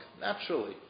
naturally